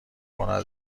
گناه